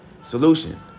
Solution